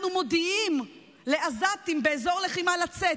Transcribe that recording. אנחנו מודיעים לעזתים באזור לחימה לצאת,